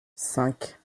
cinq